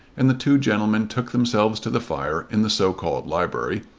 and the two gentlemen took themselves to the fire in the so-called library,